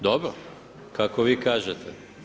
Dobro, kako vi kažete.